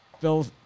Phil